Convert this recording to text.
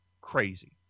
crazy